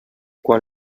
quan